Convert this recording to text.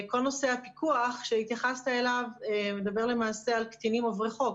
כל נושא הפיקוח שהתייחסת אליו מדבר על קטינים עוברי חוק